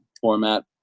format